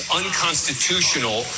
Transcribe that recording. unconstitutional